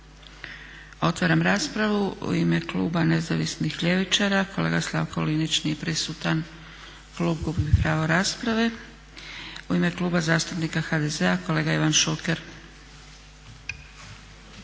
Otvaram raspravu. U ime Kluba Nezavisnih ljevičara kolega Slavko Linić. Nije prisutan, klub gubi pravo rasprave. U ime Kluba zastupnika HDZ-a kolega Ivan Šuker.